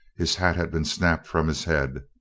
his hat had been snapped from his head.